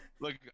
Look